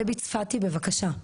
דבי צפתי, בבקשה.